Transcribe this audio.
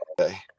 Okay